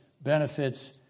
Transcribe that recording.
benefits